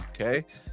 okay